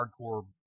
hardcore